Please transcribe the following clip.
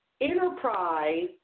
enterprise